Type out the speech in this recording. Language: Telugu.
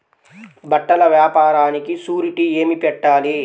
బట్టల వ్యాపారానికి షూరిటీ ఏమి పెట్టాలి?